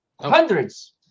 Hundreds